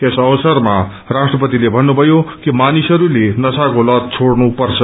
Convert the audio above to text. यस अवसरमा राष्ट्रपतिले भन्नुभयो कि मानिसहरूले नशाको लत छोइनपर्छ